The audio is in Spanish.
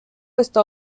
está